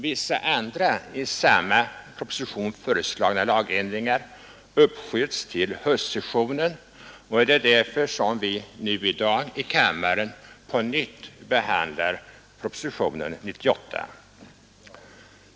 Vissa andra i samma proposition föreslagna lagändringar uppsköts till höstsessionen, och det är därför som vi nu i dag i kammaren på nytt behandlar propositionen 98.